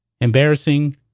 Embarrassing